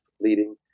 leading